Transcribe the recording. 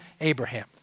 Abraham